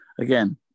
again